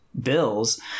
bills